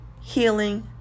healing